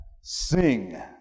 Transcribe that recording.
sing